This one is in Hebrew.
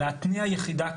להתניע יחידה כזאת,